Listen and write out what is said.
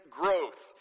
growth